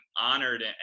honored